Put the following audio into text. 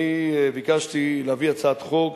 אני ביקשתי להביא הצעת חוק,